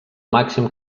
màxim